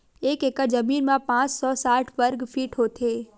एक एकड़ जमीन मा पांच सौ साठ वर्ग फीट होथे